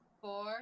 four